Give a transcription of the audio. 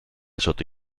sotto